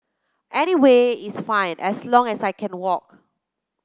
anywhere is fine as long as I can walk